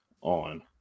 on